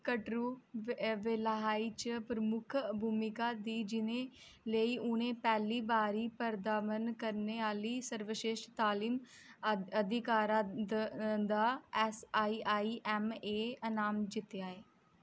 कटरू वेलिहाइ च प्रमुख भूमिका दी जि'नें पैह्ली बारी पर्दामणकरने आह्ली सर्वश्रेष्ट तालिम अदिकारा दा S I I M A अनाम जित्तेआ